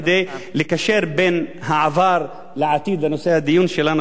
כדי לקשר בין העבר לעתיד ולנושא הדיון שלנו,